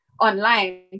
online